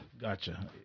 Gotcha